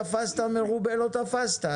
תפסת מרובה לא תפסת,